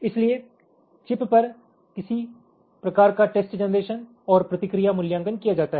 इसलिए चिप पर किसी प्रकार का टेस्ट जनरेशन और प्रतिक्रिया मूल्यांकन किया जाता है